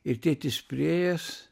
ir tėtis priėjęs